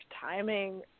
timing